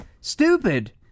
Stupid